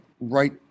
right